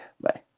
Bye